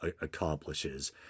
accomplishes